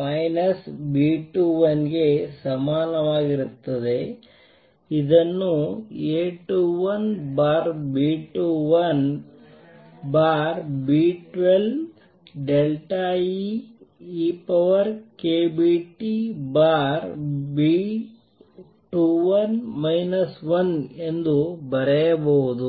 B21 ಗೆ ಸಮಾನವಾಗಿರುತ್ತದೆ ಇದನ್ನು A21B21B12eEkBTB21 1 ಎಂದು ಬರೆಯಬಹುದು